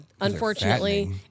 Unfortunately